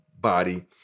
body